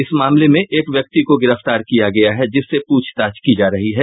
इस मामले में एक व्यक्ति को गिरफ्तार किया गया है जिससे पूछताछ की जा रही है